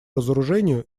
разоружению